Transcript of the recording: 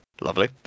lovely